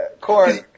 Corn